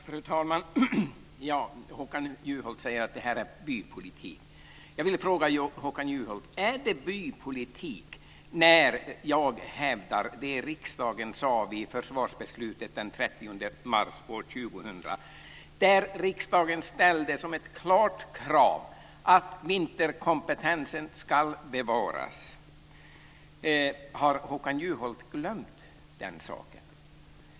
Fru talman! Håkan Juholt säger att detta är bypolitik. Jag vill fråga Håkan Juholt: Är det bypolitik när jag hävdar det som riksdagen sade i försvarsbeslutet den 30 mars år 2000? Där ställde riksdagen som ett klart krav att vinterkompetensen ska bevaras. Har Håkan Juholt glömt den saken?